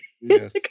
Yes